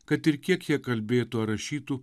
kad ir kiek jie kalbėtų ar rašytų